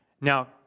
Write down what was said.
Now